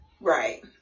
right